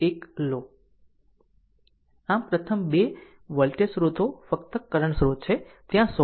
આમ પ્રથમ 2 વોલ્ટેજ સ્ત્રોતો ફક્ત કરંટ સ્રોત છે ત્યાં શોર્ટ છે